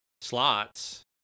slots